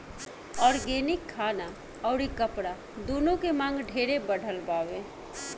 organic खाना अउरी कपड़ा दूनो के मांग ढेरे बढ़ल बावे